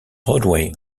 roadway